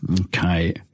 Okay